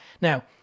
Now